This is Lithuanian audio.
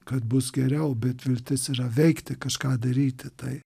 kad bus geriau bet viltis yra veikti kažką daryti tai